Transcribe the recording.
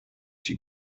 die